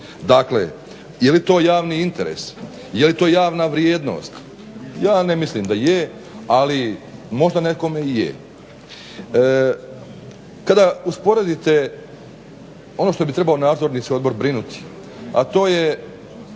Dakle, je li to javni interes, je li to javna vrijednost, ja ne mislim da je, ali možda nekome i je. Kada usporedite ono što bi trebao Nadzorni odbor se brinuti, a to je